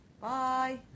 Bye